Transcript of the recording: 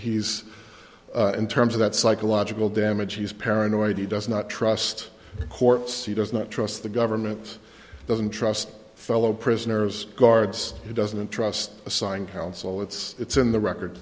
he's in terms of that psychological damage he's paranoid he does not trust courts he does not trust the government doesn't trust fellow prisoners guards he doesn't trust assign counsel it's it's in the